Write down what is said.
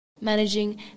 managing